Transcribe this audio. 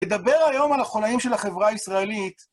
נדבר היום על החולאים של החברה הישראלית.